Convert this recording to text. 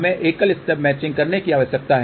हमें एकल stub matching करने की आवश्यकता है